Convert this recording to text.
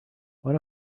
one